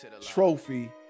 trophy